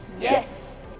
Yes